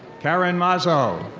karen mazo.